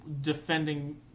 defending